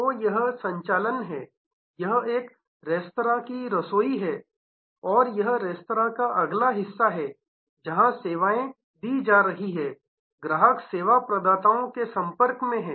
तो यह संचालन है यह एक रेस्तरां की रसोई है और यह रेस्तरां का अगला हिस्सा है जहां सेवाएं दी जा रही हैं ग्राहक सेवा प्रदाताओं के संपर्क में है